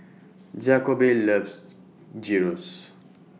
Jakobe loves Gyros